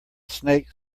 snake